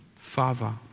Father